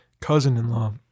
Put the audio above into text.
cousin-in-law